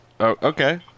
Okay